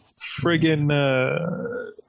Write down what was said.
friggin